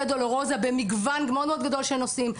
דולורוזה במגוון גדול מאוד של נושאים,